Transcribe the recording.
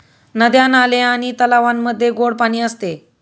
नद्या, नाले आणि तलावांमध्ये गोड पाणी असते